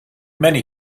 many